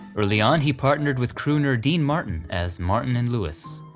early on he partnered with crooner dean martin as martin and lewis,